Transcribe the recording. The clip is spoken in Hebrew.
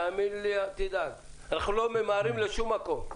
תאמין לי, אל תדאג, אנחנו לא ממהרים לשום מקום.